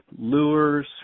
lures